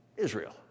Israel